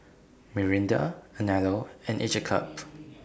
Mirinda Anello and Each A Cup